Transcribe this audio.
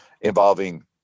involving